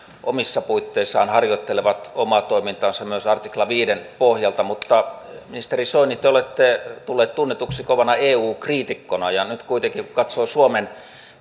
omissa puitteissaan harjoittelevat omaa toimintaansa myös artikla viiden pohjalta mutta ministeri soini te olette tullut tunnetuksi kovana eu kriitikkona ja nyt kuitenkin kun katsoo suomen